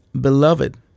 Beloved